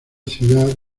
ciudad